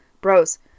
bros